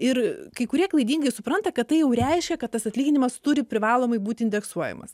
ir kai kurie klaidingai supranta kad tai jau reiškia kad tas atlyginimas turi privalomai būti indeksuojamas